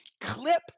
Clip